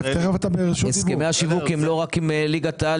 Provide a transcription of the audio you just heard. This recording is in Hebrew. הסכמי השיווק הם לא רק עם ליגת העל.